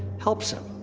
helps him.